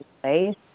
place